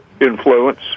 influence